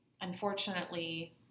unfortunately